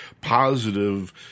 positive